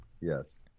Yes